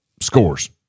scores